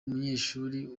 munyeshuri